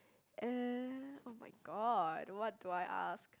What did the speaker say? uh !oh-my-god! what do I ask